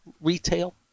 retail